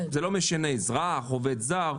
לא משנה אם הוא אזרח או עובד זר.